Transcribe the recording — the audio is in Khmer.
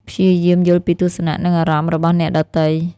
ព្យាយាមយល់ពីទស្សនៈ និងអារម្មណ៍របស់អ្នកដទៃ។